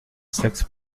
six